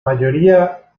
mayoría